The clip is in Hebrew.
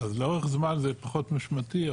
אז לאורך זמן זה פחות משמעותי,